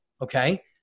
okay